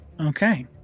Okay